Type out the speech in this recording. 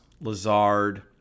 Lazard